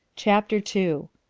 chapter two.